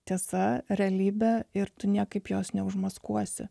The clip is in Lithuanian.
tiesa realybę ir tu niekaip jos neužmaskuosi